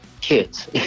kids